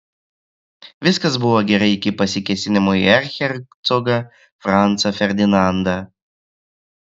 viskas buvo gerai iki pasikėsinimo į erchercogą francą ferdinandą